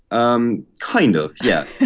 um kind of, yeah